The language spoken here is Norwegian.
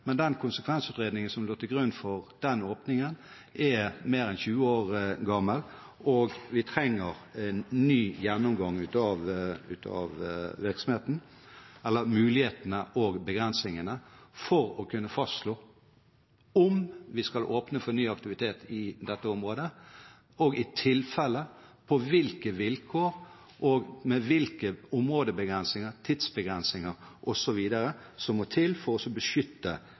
men den konsekvensutredningen som lå til grunn for den åpningen, er mer enn 20 år gammel, og vi trenger en ny gjennomgang av mulighetene og begrensningene for å kunne fastslå om vi skal åpne for ny aktivitet i dette området, og – i tilfelle – hvilke vilkår og hvilke områdebegrensninger, tidsbegrensninger osv. som må til for å beskytte de ressursene og de verdiene som vi ønsker å beskytte i området. Vi har også